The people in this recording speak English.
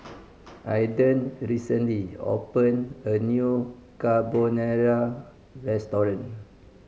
Aidan recently opened a new Carbonara Restaurant